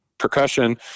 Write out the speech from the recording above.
percussion